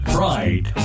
Pride